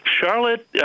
Charlotte